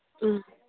ꯎꯝ